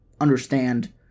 understand